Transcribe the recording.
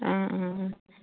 অঁ অঁ অঁ